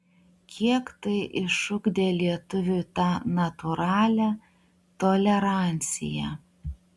kiek tai išugdė lietuviui tą natūralią toleranciją